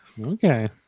Okay